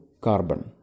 carbon